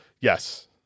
Yes